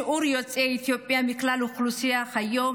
שיעור יוצאי אתיופיה מכלל האוכלוסייה היום,